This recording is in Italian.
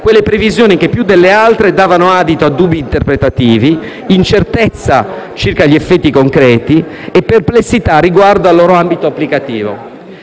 quelle previsioni che più delle altre davano adito a dubbi interpretativi, incertezza circa gli effetti concreti e perplessità riguardo il loro ambito applicativo.